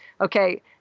okay